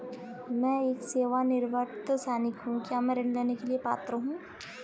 मैं एक सेवानिवृत्त सैनिक हूँ क्या मैं ऋण लेने के लिए पात्र हूँ?